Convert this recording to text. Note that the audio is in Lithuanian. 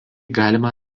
galima